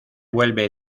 vuelve